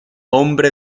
hombre